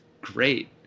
great